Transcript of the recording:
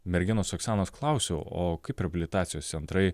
merginos oksanos klausiau o kaip reabilitacijos centrai